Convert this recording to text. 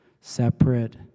separate